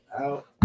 out